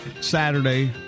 Saturday